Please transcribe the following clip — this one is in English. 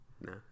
No